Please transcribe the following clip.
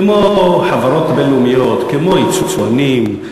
כמו חברות בין-לאומיות, כמו יצואנים,